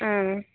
ᱩᱸᱻ